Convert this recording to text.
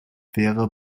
wäre